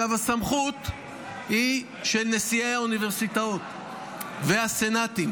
הסמכות היא של נשיאי האוניברסיטאות והסנאטים,